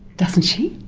doesn't she?